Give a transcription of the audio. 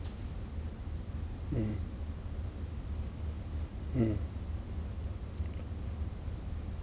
mm mm